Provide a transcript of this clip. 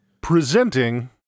presenting